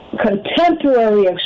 contemporary